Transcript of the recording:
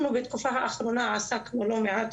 אנחנו בתקופה האחרונה עסקנו לא מעט,